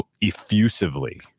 effusively